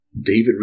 David